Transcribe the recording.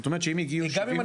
זאת אומרת שאם הגיעו 75 אלף